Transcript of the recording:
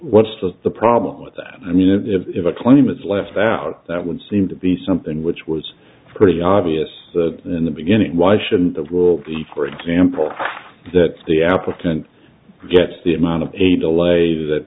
what's the problem with that i mean if if a claim is left out that would seem to be something which was pretty obvious in the beginning why shouldn't that will be for example that the applicant gets the amount of a delay that